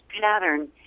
pattern